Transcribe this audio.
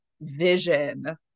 vision